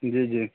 جی جی